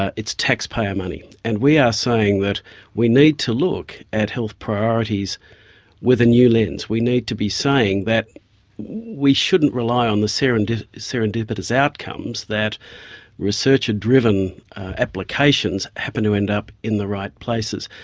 it is taxpayer money. and we are saying that we need to look at health priorities with a new lens, we need to be saying that we shouldn't rely on the serendipitous serendipitous outcomes that researcher driven applications happen to end up in the right places.